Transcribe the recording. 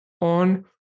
on